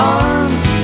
arms